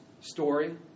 story